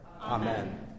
Amen